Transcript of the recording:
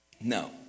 No